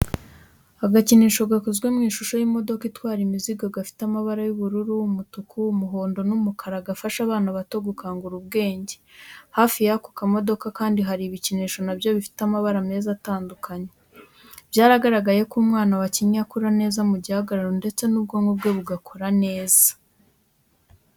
Agakinisho gakozwe mu ishusho y'imodoka itwara imizigo gafite amabari y'ubururu, umutuku, umuhondo n'umukara gafasha abana bato gukangura ubwenge. Hafi y'ako kamodoka kandi hari ibikinisho na byo bifite amabara meza atandukanye. Byaragaragaye ko umwana wakinnye akura neza mu gihagararo ndetse n'ubwonko bwe bugakora neza.